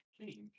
change